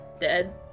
Dead